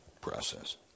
process